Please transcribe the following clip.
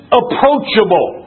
approachable